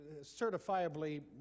certifiably